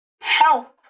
Help